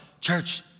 Church